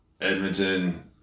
Edmonton